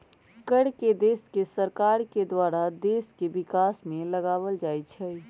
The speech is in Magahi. कर के देश के सरकार के द्वारा देश के विकास में लगाएल जाइ छइ